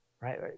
right